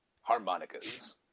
Harmonicas